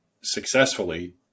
successfully